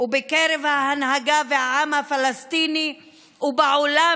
ובקרב ההנהגה והעם הפלסטיני ובעולם,